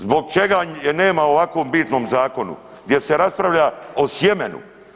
Zbog čega je nema o ovako bitnom zakonu? gdje se raspravlja o sjemenu?